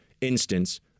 instance